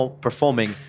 performing